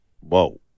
whoa